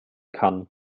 kann